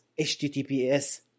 HTTPS